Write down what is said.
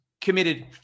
committed